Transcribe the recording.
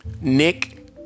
Nick